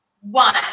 one